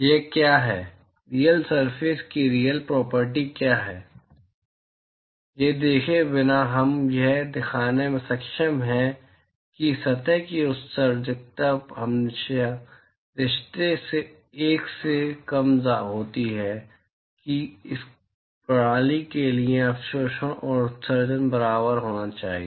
यह क्या है रीयल सरफेस की रीयल प्रोपर्टी क्या है यह देखे बिना हम यह दिखाने में सक्षम हैं कि सतह की उत्सर्जकता हमेशा रिश्ते से 1 से कम होती है कि इस प्रणाली के लिए अवशोषण और उत्सर्जन बराबर होना चाहिए